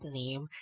name